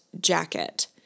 jacket